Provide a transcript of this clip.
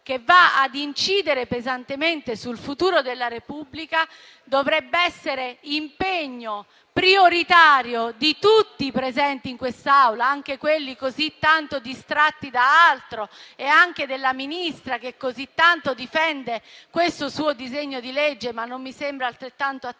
che va a incidere pesantemente sul futuro della Repubblica, dovrebbe esserci un impegno prioritario di tutti i presenti in quest'Aula, anche di quelli così tanto distratti da altro e anche della Ministra, che così tanto difende questo suo disegno di legge ma non mi sembra altrettanto attenta